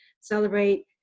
celebrate